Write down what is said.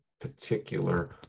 particular